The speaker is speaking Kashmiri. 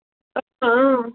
اچھا اۭں